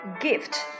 Gift